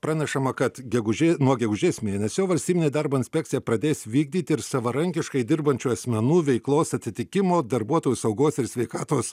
pranešama kad gegužė nuo gegužės mėnesio valstybinė darbo inspekcija pradės vykdyti ir savarankiškai dirbančių asmenų veiklos atitikimo darbuotojų saugos ir sveikatos